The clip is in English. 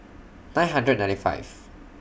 nine hundred ninety five